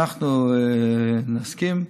אנחנו נסכים.